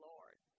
Lord